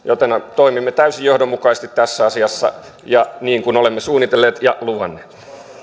joten toimimme täysin johdonmukaisesti tässä asiassa ja niin kuin olemme suunnitelleet ja luvanneet